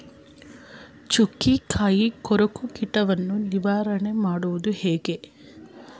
ಚುಕ್ಕಿಕಾಯಿ ಕೊರಕ ಕೀಟವನ್ನು ನಿವಾರಣೆ ಮಾಡುವುದು ಹೇಗೆ?